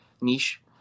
niche